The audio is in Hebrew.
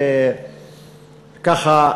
וככה,